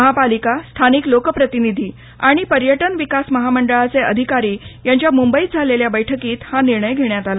महापालिका स्थानिक लोकप्रतिनिधी आणि पर्यटन विकास महामंडळाचे अधिकारी यांच्या मुंबईत झालेल्या बैठकीत हा निर्णय घेण्यात आला